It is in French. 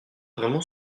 vraiment